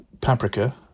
paprika